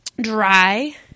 dry